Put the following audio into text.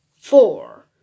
four